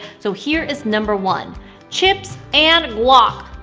so here is number one chips and guac!